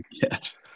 catch